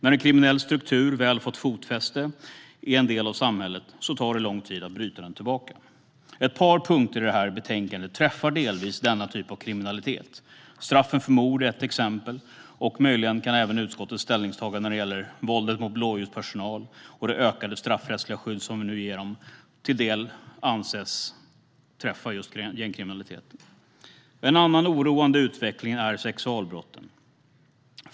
När en kriminell struktur väl fått fotfäste i en del av samhället tar det lång tid att bryta den tillbaka. Ett par punkter i detta betänkande träffar delvis denna typ av kriminalitet. Straffen för mord är ett exempel, och möjligen kan även utskottets ställningstagande när det gäller våldet mot blåljuspersonal och det ökade straffrättsliga skydd som vi nu vill ge dem till en del anses träffa gängkriminaliteten. En annan oroande utveckling är sexualbrotten.